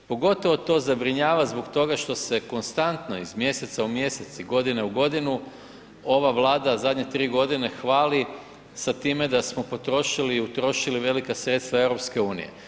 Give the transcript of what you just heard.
Pogotovo to zabrinjava zbog toga što se konstantno iz mjeseca u mjesec i godine u godinu ova Vlada zadnje 3 godine hvali sa time da smo potrošili i utrošili velika sredstva EU.